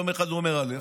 יום אחד הוא אומר א',